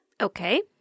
Okay